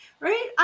right